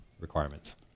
requirements